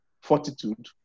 fortitude